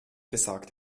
besagt